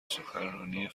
سخنرانی